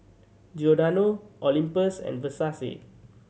Giordano Olympus and Versace